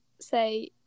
say